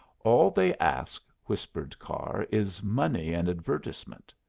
all they ask, whispered carr, is money and advertisement.